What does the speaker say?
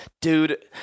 Dude